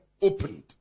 opened